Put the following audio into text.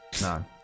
no